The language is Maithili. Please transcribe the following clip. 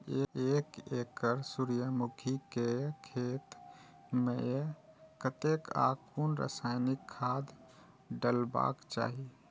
एक एकड़ सूर्यमुखी केय खेत मेय कतेक आ कुन रासायनिक खाद डलबाक चाहि?